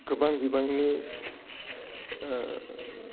गोबां बिबांनि